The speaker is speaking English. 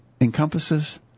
encompasses